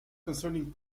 concerning